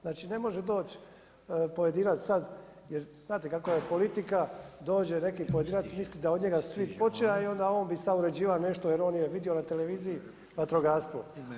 Znači ne može doći pojedinac sad, jer znate kakva je politika, dođe neki pojedinac, misli da je od njega sve počeo i onda on bi sad uređivao nešto jer on je vidio na televiziji vatrogastvo.